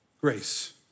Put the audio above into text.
grace